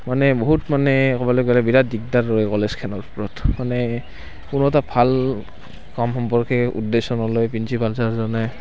মানে বহুত মানে ক'বলৈ গ'লে বিৰাট দিগদাৰ আৰু এই কলেজখনৰ মানে কোনো এটা ভাল কাম সম্পৰ্কে উদ্দেশ্য নলয় প্ৰিঞ্চিপাল চাৰজনে